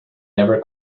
never